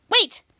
Wait